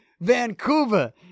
Vancouver